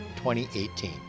2018